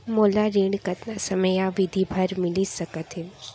मोला ऋण कतना समयावधि भर मिलिस सकत हे?